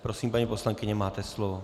Prosím, paní poslankyně, máte slovo.